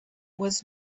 was